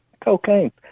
Cocaine